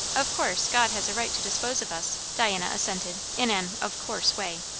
of course, god has a right to dispose of us, diana assented in an of course way.